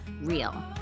real